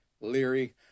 Leary